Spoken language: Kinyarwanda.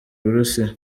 uburusiya